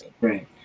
Right